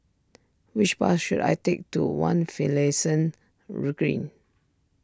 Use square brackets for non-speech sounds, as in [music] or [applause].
which bus should I take to one Finlayson [unintelligible] Green